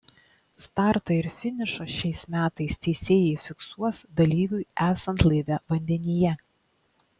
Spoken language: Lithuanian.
startą ir finišą šiais metais teisėjai fiksuos dalyviui esant laive vandenyje